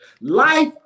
life